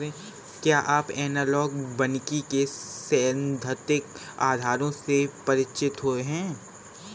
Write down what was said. क्या आप एनालॉग वानिकी के सैद्धांतिक आधारों से परिचित हैं?